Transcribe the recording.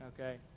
okay